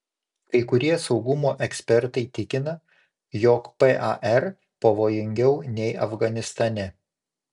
kai kurie saugumo ekspertai tikina jog par pavojingiau nei afganistane